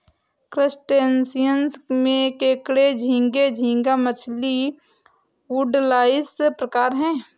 crustaceans में केकड़े झींगे, झींगा मछली, वुडलाइस प्रकार है